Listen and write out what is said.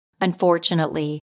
Unfortunately